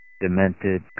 demented